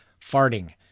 farting